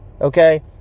okay